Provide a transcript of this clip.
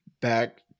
back